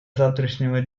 завтрашнего